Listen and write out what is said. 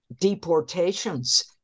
Deportations